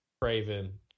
Craven